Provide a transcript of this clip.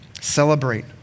Celebrate